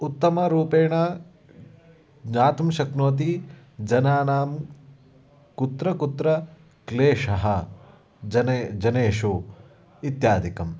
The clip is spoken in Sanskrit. उत्तमरूपेण ज्ञातुं शक्नोति जनानां कुत्र कुत्र क्लेशः जने जनेषु इत्यादिकम्